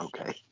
Okay